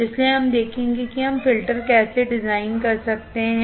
इसलिए हम देखेंगे कि हम फ़िल्टर कैसे डिज़ाइन कर सकते हैं